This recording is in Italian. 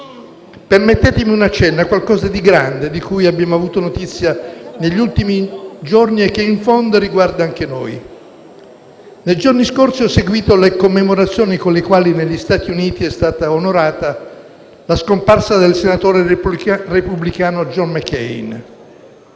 Permettetemi un accenno a qualcosa di grande di cui abbiamo avuto notizia negli ultimi giorni e che, in fondo, riguarda anche noi. Nei giorni scorsi ho seguito le commemorazioni con le quali negli Stati Uniti è stata onorata la scomparsa del senatore repubblicano JohnMcCain.